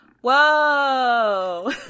Whoa